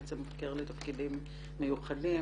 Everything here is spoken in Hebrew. יועץ המבקר לתפקידים מיוחדים,